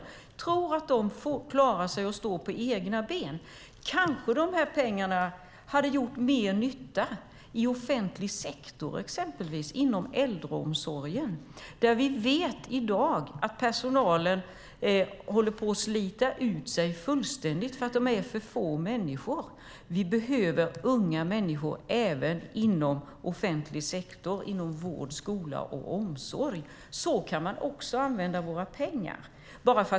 Jag tror att den branschen klarar sig på egna ben. Kanske de här pengarna hade gjort mer nytta i offentlig sektor, exempelvis inom äldreomsorgen där vi vet att personalen i dag håller på att slita ut sig fullständigt för att de är för få. Vi behöver unga människor även inom offentlig sektor i vård, skola och omsorg. Så kan man också använda våra pengar!